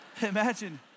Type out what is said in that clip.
imagine